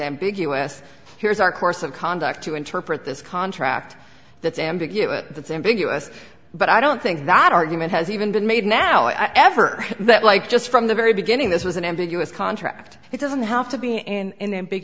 ambiguous here's our course of conduct to interpret this contract that's ambiguous that's ambiguous but i don't think that argument has even been made now i ever that like just from the very beginning this was an ambiguous contract it doesn't have to be and big i